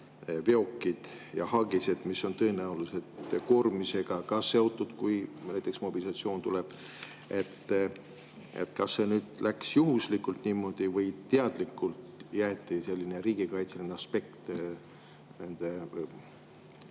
veokid ja haagised, mis on tõenäoliselt koormisega seotud, kui näiteks mobilisatsioon tuleb. Kas see nüüd läks juhuslikult niimoodi või jäeti teadlikult selline riigikaitseline aspekt nende summade